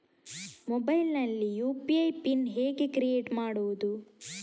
Mobile ನಲ್ಲಿ UPI PIN ಹೇಗೆ create ಮಾಡುವುದು?